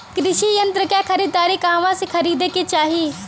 कृषि यंत्र क खरीदारी कहवा से खरीदे के चाही?